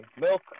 Milk